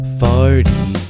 farting